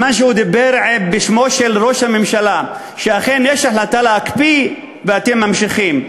דיבר בשמו של ראש הממשלה ואמר שאכן יש החלטה להקפיא ואתם ממשיכים?